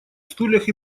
стульях